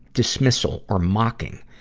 dismissal, or mocking.